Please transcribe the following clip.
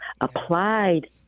applied